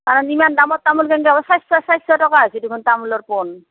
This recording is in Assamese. কাৰণ ইমান দামত তামোল কিনিব ছয়শ ছয়শ টকা হৈছে দেখোন তামোলৰ পোণ